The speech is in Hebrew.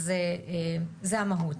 אז זה המהות.